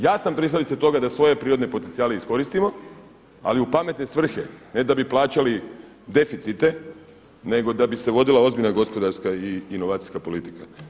Ja sam pristalica toga da svoje prirodne potencijale iskoristimo, ali u pametne svrhe ne da bi plaćali deficite, nego da bi se vodila ozbiljna gospodarska i inovacijska politika.